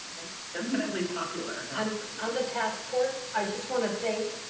done? definitely popular, that's for sure. on the task force, i just wanna thank